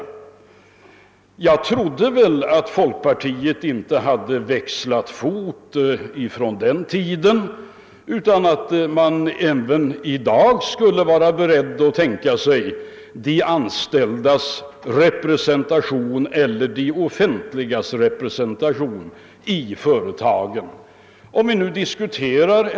Jag trodde väl att folkpartiet inte hade växlat fot sedan dess utan även i dag skulle vara berett att tänka sig en representation i företagen för de anställda eller för det offentliga.